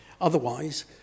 Otherwise